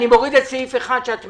מה שאתם